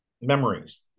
memories